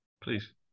please